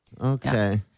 Okay